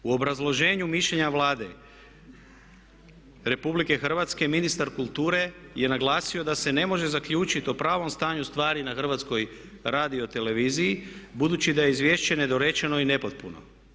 U obrazloženju mišljenja Vlade RH ministar Kulture je naglasio da se ne može zaključiti o pravom stanju stvari na HRT-u budući da izvješće je nedorečeno i nepotpuno.